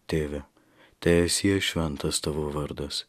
tėve teesie šventas tavo vardas